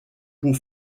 pour